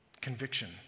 conviction